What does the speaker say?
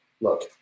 Look